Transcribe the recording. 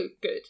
good